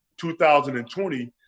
2020